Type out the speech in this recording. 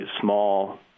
Small